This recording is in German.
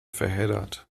verheddert